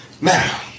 Now